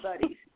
buddies